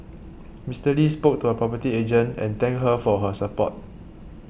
Mister Lee spoke to a property agent and thank her for her support